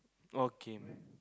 okay